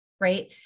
right